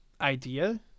idea